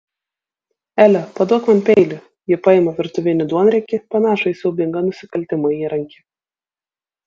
ele paduok man peilį ji paima virtuvinį duonriekį panašų į siaubingą nusikaltimo įrankį